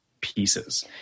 pieces